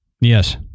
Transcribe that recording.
Yes